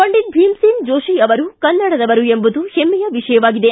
ಪಂಡಿತ ಭೀಮಸೇನ್ ಜೋತಿ ಅವರು ಕನ್ನಡದವರು ಎಂಬುದು ಹೆಮ್ಮೆಯ ವಿಷಯವಾಗಿದೆ